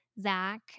Zach